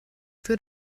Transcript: für